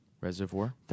Reservoir